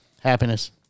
Happiness